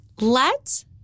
let